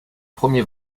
premier